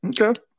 okay